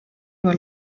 nur